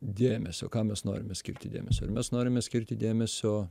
dėmesio kam mes norime skirti dėmesio ar mes norime skirti dėmesio